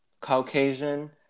Caucasian